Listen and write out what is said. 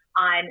on